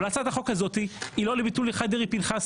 אבל הצעת החוק הזאת היא לא לביטול הלכת דרעי-פנחסי.